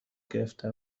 گرفته